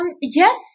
Yes